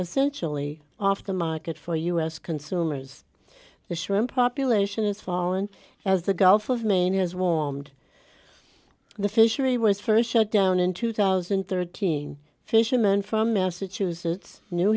essentially off the market for u s consumers the shrimp population is falling as the gulf of maine has warmed the fishery was st shut down in two thousand and thirteen fishermen from massachusetts new